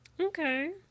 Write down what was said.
Okay